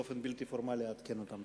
באופן בלתי פורמלי אעדכן אותם.